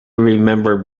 remember